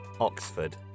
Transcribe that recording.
Oxford